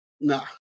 Nah